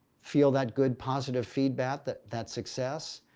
feel that good positive feedback, that that success,